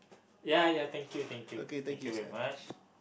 ya ya thank you thank you thank you very much